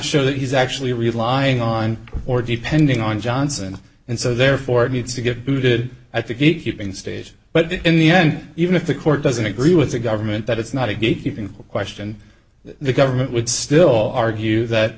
show that he's actually relying on or depending on johnson and so therefore it needs to get booted at the gatekeeping stage but the in the end even if the court doesn't agree with the government that it's not a gatekeeping question the government would still argue that